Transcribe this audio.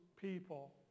people